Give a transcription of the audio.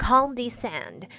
Condescend